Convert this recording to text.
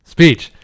Speech